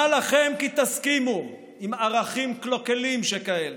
מה לכם כי תסכימו עם ערכים קלוקלים שכאלה?